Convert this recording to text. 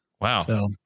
Wow